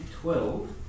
twelve